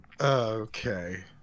okay